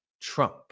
Trump